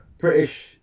British